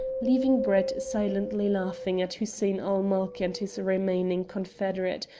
leaving brett silently laughing at hussein-ul-mulk and his remaining confederate,